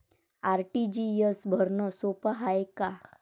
RTGS भरनं सोप हाय का?